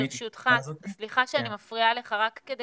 גל, ברשותך, סליחה שאני מפריעה לך, רק כדי